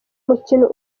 mukino